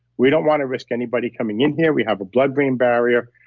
we don't want to risk anybody coming in here. we have a blood brain barrier,